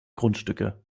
grundstücke